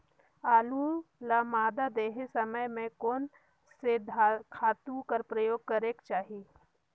आलू ल मादा देहे समय म कोन से खातु कर प्रयोग करेके चाही?